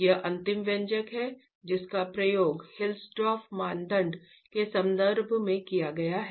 यह अंतिम व्यंजक है जिसका प्रयोग हिल्सडॉर्फ मानदंड के संबंध में किया जाता है